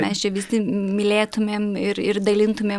mes čia visi mylėtumėm ir ir dalintumėm